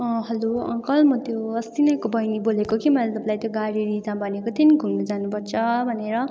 hello uncle म त्यो अस्ति नैको बहिनी बोलेको कि मैले तपाईँलाई त्यो गाडी रिजर्भ भनेको थिएँ नि घुम्नु जानु पर्छ भनेर